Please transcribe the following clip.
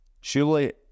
surely